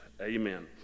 Amen